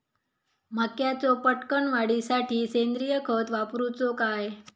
मक्याचो पटकन वाढीसाठी सेंद्रिय खत वापरूचो काय?